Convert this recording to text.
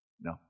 No